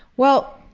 well,